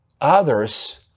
others